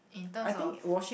in terms of